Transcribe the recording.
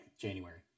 January